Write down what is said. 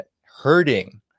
hurting